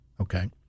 Okay